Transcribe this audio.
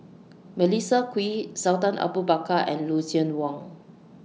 Melissa Kwee Sultan Abu Bakar and Lucien Wang